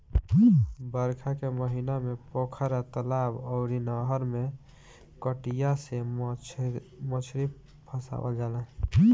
बरखा के महिना में पोखरा, तलाब अउरी नहर में कटिया से मछरी फसावल जाला